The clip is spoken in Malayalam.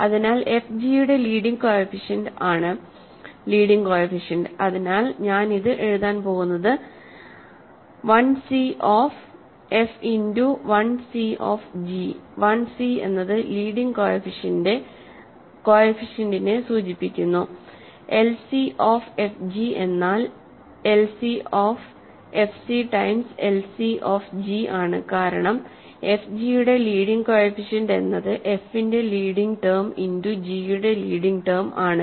അതിനാൽ fg യുടെ ലീഡിങ് കോഎഫിഷ്യന്റ് ആണ് ലീഡിങ് കോഫിഫിഷ്യന്റ് അതിനാൽ ഞാൻ ഇത് എഴുതാൻ പോകുന്നത് lc of f into lc of G lc എന്നത് ലീഡിങ് കോഫിഫിഷ്യന്റിനെ സൂചിപ്പിക്കുന്നു lc ഓഫ് fg എന്നാൽ lc of fc times lc of g ആണ് കാരണം fg യുടെ ലീഡിങ് കോഫിഫിഷ്യന്റ് എന്നത് f ന്റെ ലീഡിങ് ടെം ഇന്റു ജി യുടെ ലീഡിങ് ടെം ആണ്